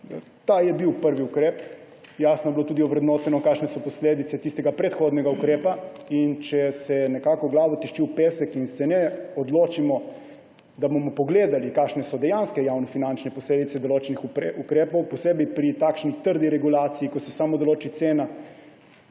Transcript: ta je bil prvi ukrep. Jasno je bilo tudi ovrednoteno, kakšne so posledice tistega predhodnega ukrepa. In če se glavo tišči v pesek in se ne odločimo, da bomo pogledali, kakšne so dejanske javnofinančne posledice določenih ukrepov, posebej pri takšni trdi regulaciji, ko se samo določi cena,